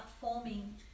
forming